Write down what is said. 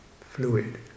fluid